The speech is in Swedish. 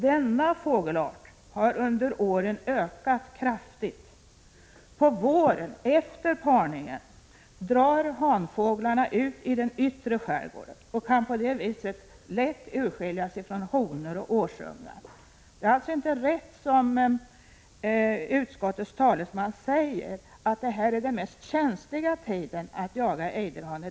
Denna fågelart har under åren ökat kraftigt. På våren, efter parningen, drar hanfåglarna ut i den yttre skärgården och kan på det viset lätt skiljas från honor och årsungar. Det är alltså inte riktigt, som utskottets talesman säger, att detta är den mest känsliga tiden för att jaga ejderhane.